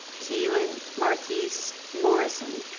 keylen marquise morrison